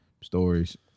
stories